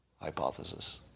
hypothesis